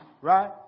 Right